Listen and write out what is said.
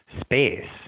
space